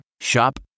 Shop